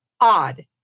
odd